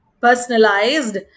personalized